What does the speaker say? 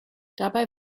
dabei